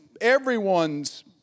everyone's